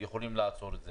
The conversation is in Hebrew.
יכולים לעצור את זה.